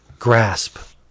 grasp